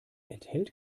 enthält